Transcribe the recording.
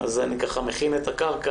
אז אני מכין את הקרקע.